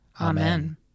Amen